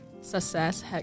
success